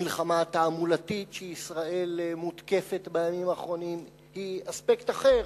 המלחמה התעמולתית שישראל מותקפת בה בימים האחרונים היא אספקט אחר,